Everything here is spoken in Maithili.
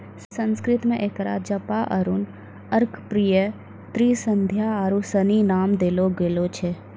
संस्कृत मे एकरा जपा अरुण अर्कप्रिया त्रिसंध्या आरु सनी नाम देलो गेल छै